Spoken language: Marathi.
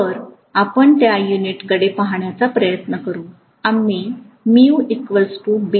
तर आपण त्या युनिटकडे पाहण्याचा प्रयत्न करू आम्ही हे म्हणालो